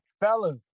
Fellas